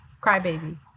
Crybaby